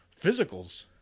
physicals